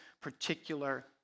particular